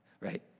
right